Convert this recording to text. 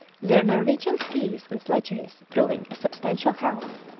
their norwegian skis and sledges proving a substantial help.